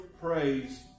praise